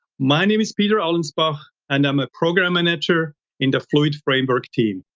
my name is peter allenspach and i'm a program manager in the fluid framework team.